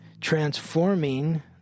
transforming